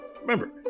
Remember